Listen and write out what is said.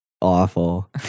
awful